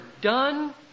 done